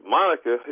Monica